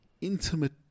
intimate